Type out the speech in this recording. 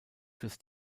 fürs